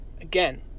Again